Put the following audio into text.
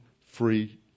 free